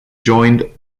joined